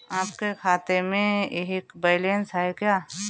आपके खाते में यह बैलेंस है क्या?